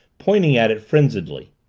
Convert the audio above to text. pointing at it frenziedly.